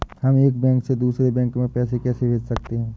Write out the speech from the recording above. हम एक बैंक से दूसरे बैंक में पैसे कैसे भेज सकते हैं?